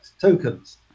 tokens